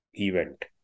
event